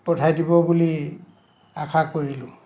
পঠাই দিব বুলি আশা কৰিলোঁ